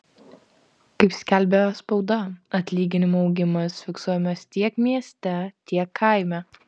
kaip skelbia spauda atlyginimų augimas fiksuojamas tiek mieste tiek kaime